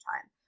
time